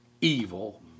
evil